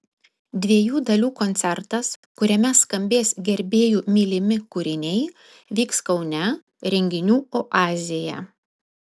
dviejų dalių koncertas kuriame skambės gerbėjų mylimi kūriniai vyks kaune renginių oazėje